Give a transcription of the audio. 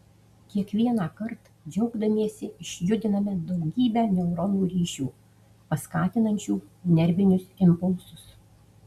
kiekvienąkart džiaugdamiesi išjudiname daugybę neuronų ryšių paskatinančių nervinius impulsus